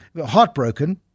heartbroken